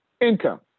income